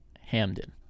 Hamden